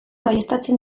baieztatzen